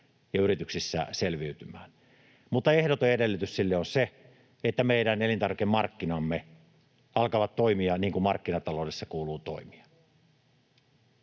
ja yrityksissä selviytymään. Mutta ehdoton edellytys sille on se, että meidän elintarvikemarkkinamme alkavat toimia niin kuin markkinataloudessa kuuluu toimia.